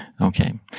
Okay